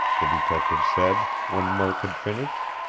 the detective said, when murk had finished.